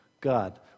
God